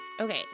Okay